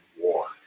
war